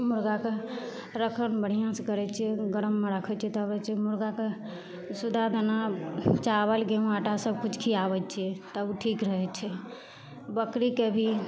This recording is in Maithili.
मुरगाके राखब बढ़िआँसे करै छिए ओ गरममे रखै छिए तऽ आबै छै मुरगाके सुधा दाना चावल गहूम आटा सबकिछु खिआबै छिए तब ओ ठीक रहै छै बकरीके भी